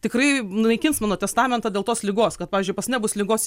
tikrai naikins mano testamentą dėl tos ligos kad pavyzdžiui pas nebus ligos